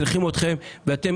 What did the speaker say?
צריכים אתכם ואתם